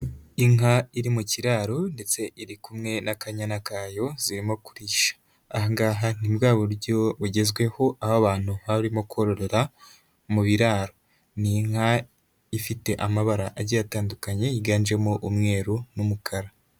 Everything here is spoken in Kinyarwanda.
Inka iri mu kiraro ndetse iri kumwe n'akanyana kayo zirimo kurisha. aha ngaha ni bwa buryo bugezweho aho abantu baba barimo kororera mu biraro, ni inka ifite amabara agiye atandukanye yiganjemo umweru n'umukara.